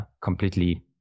completely